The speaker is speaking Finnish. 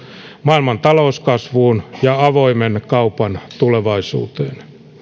maailman talouskasvuun ja avoimen kaupan tulevaisuuteen